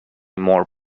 more